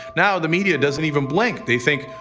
now the media doesn't even blink they think,